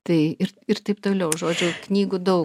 tai ir ir taip toliau žodžiu knygų daug